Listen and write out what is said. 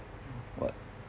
what